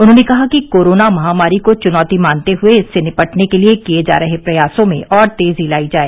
उन्होंने कहा कि कोरोना महामारी को चुनौती मानते हुए इससे निपटने के लिए किए जा रहे प्रयासों में और तेजी लायी जाए